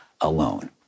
alone